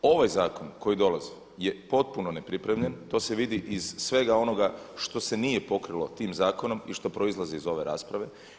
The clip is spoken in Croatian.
Ovaj zakon koji dolazi je potpuno nepripremljen to se vidi iz svega onoga što se nije pokrilo tim zakonom i što proizlazi iz ove rasprave.